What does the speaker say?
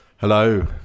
Hello